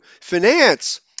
finance